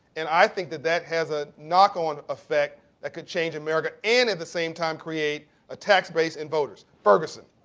and i think that that has a knockon effect that could change america and at the same time create a tax base and voters. ferguson.